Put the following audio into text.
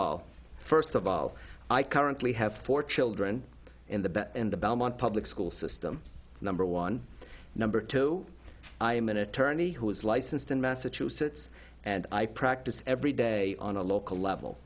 all first of all i currently have four children in the bed in the belmont public school system number one number two i am an attorney who is licensed in massachusetts and i practice every day on a local level